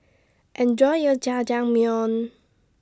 Enjoy your Jajangmyeon